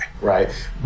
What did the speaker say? right